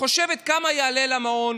שחושבת כמה יעלה לה מעון